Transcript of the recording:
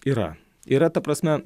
yra yra ta prasme